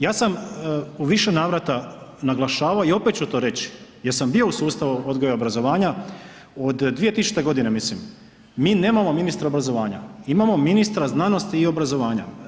Ja sam u više navrata naglašavao i opet ću to reći jer sam bio u sustavu odgoja i obrazovanja od 2000. godine mislim, mi nemamo ministra obrazovanja, imamo ministra znanosti i obrazovanja.